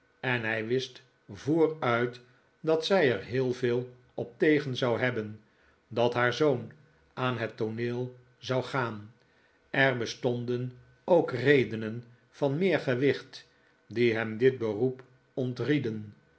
en hij wist vooruit dat zij er heel veel op tegen zou hebben dat haar zoon aan het tooneel zou gaan er bestonden ook redenen van meer gewicht die hem dit beroep